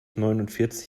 neunundvierzig